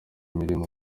mirima